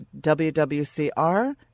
WWCR